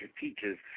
Teachers